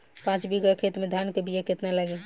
पाँच बिगहा खेत में धान के बिया केतना लागी?